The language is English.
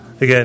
Again